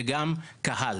וגם קהל.